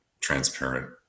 transparent